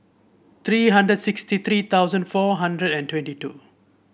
three hundred sixty three thousand four hundred and twenty two